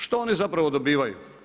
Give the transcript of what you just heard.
Što oni zapravo dobivaju?